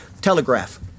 Telegraph